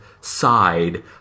side